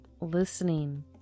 listening